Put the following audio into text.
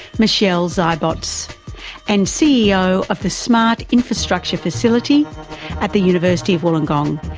michelle zeibots and ceo of the smart infrastructure facility at the university of wollongong,